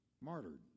Martyred